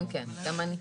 כן, גם אני.